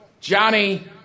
Johnny